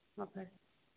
ꯑꯣ ꯐꯔꯦ